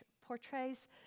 portrays